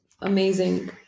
amazing